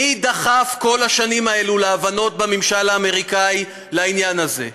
מי דחף כל השנים האלה להבנות בממשל האמריקני לעניין הזה?